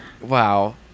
Wow